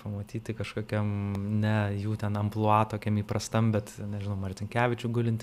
pamatyti kažkokiam ne jų ten amplua tokiam įprastam bet nežinau marcinkevičių gulintį